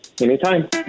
Anytime